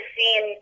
seen